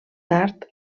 tard